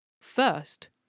First